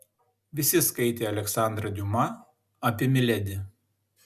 visi skaitė aleksandrą diuma apie miledi